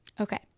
Okay